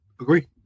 Agree